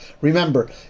remember